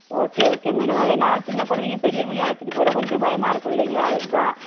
okay okay madam அது ஏன்னால் சின்ன குழந்தைங்க பெரியவங்களையும் அழைச்சிட்டு போகிறோம் கொஞ்சம் பயமாக இருக்கும் இல்லைங்களா அதுக்குதான்